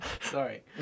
Sorry